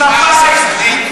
ממפא"י,